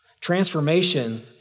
Transformation